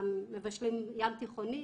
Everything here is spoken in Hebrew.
מבשלים ים תיכוני",